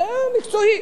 מקצועי.